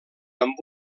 amb